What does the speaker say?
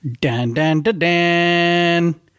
Dan-dan-da-dan